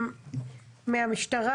מהמשטרה